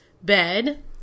bed